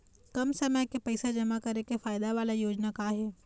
कम समय के पैसे जमा करे के फायदा वाला योजना का का हे?